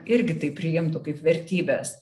irgi tai priimtų kaip vertybes